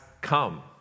come